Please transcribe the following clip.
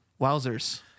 Wowzers